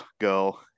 go